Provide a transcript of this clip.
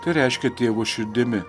tai reiškia tėvo širdimi